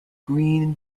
green